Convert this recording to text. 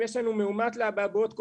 אם יש לנו מאומת לאבעבועות קוף,